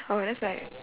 oh that's like